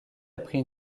après